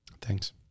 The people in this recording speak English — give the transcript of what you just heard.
thanks